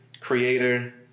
creator